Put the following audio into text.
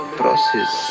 process